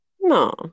No